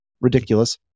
ridiculous